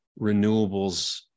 renewables